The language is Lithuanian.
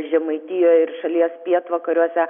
žemaitijoj ir šalies pietvakariuose